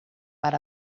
per